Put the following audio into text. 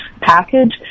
package